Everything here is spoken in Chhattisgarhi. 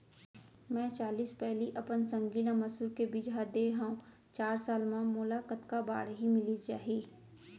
मैं चालीस पैली अपन संगी ल मसूर के बीजहा दे हव चार साल म मोला कतका बाड़ही मिलिस जाही?